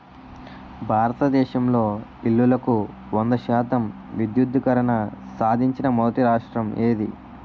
భారతదేశంలో ఇల్లులకు వంద శాతం విద్యుద్దీకరణ సాధించిన మొదటి రాష్ట్రం ఏది?